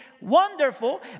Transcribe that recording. wonderful